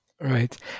Right